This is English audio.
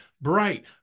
bright